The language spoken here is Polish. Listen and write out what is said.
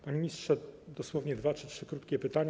Panie ministrze, dosłownie dwa czy trzy krótkie pytania.